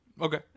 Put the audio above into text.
Okay